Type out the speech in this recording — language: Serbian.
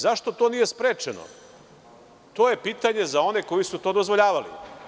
Zašto to nije sprečeno, to je pitanje za one koji su to dozvoljavali.